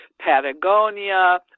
Patagonia